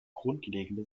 grundlegende